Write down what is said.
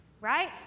right